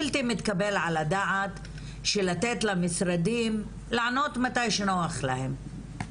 בלתי מתקבל על הדעת לתת למשרדים לענות מתי שנוח להם.